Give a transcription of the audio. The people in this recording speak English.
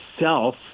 self